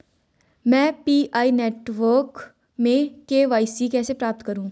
मैं PI network में KYC कैसे प्राप्त करूँ?